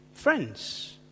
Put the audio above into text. Friends